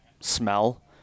smell